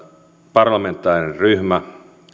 parlamentaarinen ryhmä